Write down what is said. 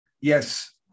Yes